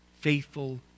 faithful